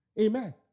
Amen